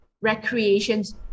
recreations